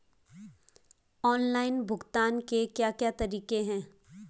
Online भुगतान के क्या क्या तरीके हैं?